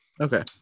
Okay